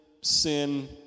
sin